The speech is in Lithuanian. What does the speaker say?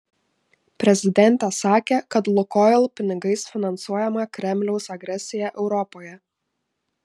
prezidentė sakė kad lukoil pinigais finansuojama kremliaus agresija europoje